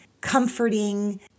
comforting